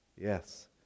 Yes